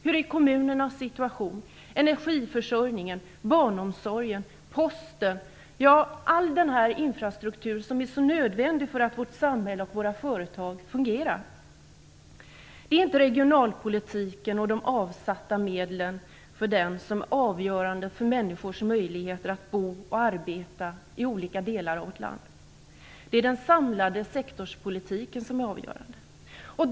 Hur är kommunernas situation, energiförsörjningen, barnomsorgen och posten? Ja, all den infrastruktur som är så nödvändig för att vårt samhälle och våra företag fungerar. Det är inte regionalpolitiken och de avsatta medlen för den som är avgörande för människors möjligheter att bo och arbeta i olika delar av landet. Det är den samlade sektorspolitiken som är avgörande.